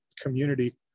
community